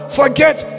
forget